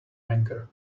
anger